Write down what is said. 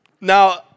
Now